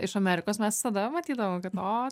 iš amerikos mes visada matydavom kad o